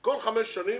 שכל חמש שנים